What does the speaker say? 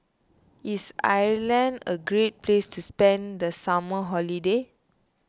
is Ireland a great place to spend the summer holiday